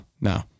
no